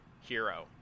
hero